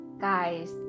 guys